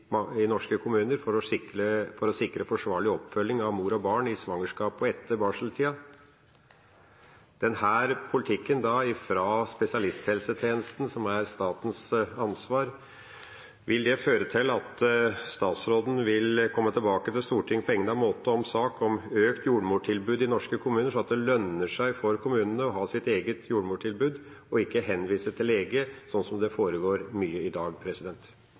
jordmortilbud i norske kommuner for å sikre forsvarlig oppfølging av mor og barn i svangerskapet og barseltida. Vil denne politikken fra spesialisthelsetjenesten, som er statens ansvar, føre til at statsråden vil komme tilbake til Stortinget på egnet måte med en sak om økt jordmortilbud i norske kommuner, slik at det lønner seg for kommunene å ha sitt eget jordmortilbud og ikke henvise til lege, slik som det foregår mye av i dag?